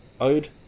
Ode